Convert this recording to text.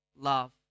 love